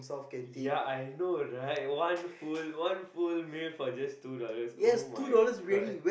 ya I know right one full one full meal for just two dollars [oh]-my-god